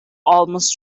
almost